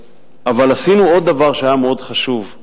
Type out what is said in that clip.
אבל עשינו עוד דבר שהיה מאוד חשוב,